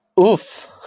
Oof